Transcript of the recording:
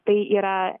tai yra